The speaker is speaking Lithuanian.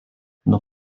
nuo